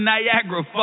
Niagara